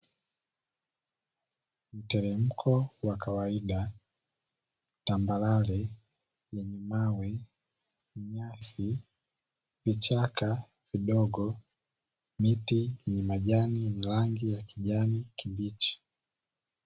Mteremko wa kawaida, tambarare yenye mawe, nyasi ,vichaka vidogo, miti yenye majani yenye rangi ya kijani kibichi.